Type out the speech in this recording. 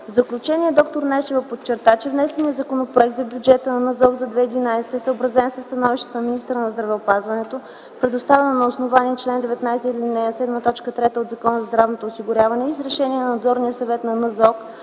заключение д-р Нешева подчерта, че внесеният Законопроект за бюджета на НЗОК за 2011 г. е съобразен със становището на министъра на здравеопазването, предоставено на основание чл. 19, ал. 7, т. 3 от Закона за здравното осигуряване и с Решение на Надзорния съвет на НЗОК